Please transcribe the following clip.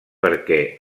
perquè